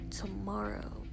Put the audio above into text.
tomorrow